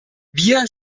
wir